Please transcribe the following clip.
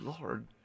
Lord